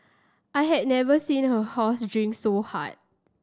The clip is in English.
I had never seen a horse drink so hard